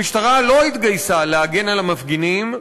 המשטרה לא התגייסה להגן על המפגינים,